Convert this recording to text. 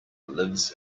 lives